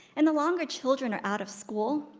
and the longer children are out of school,